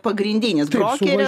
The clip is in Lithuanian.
pagrindinis brokeris